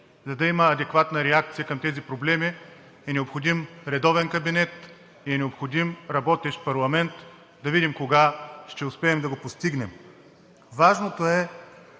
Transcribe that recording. за да има адекватна реакция към тези проблеми, е необходим редовен кабинет и е необходим работещ парламент. Да видим кога ще успеем да го постигнем. Разбира